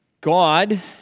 God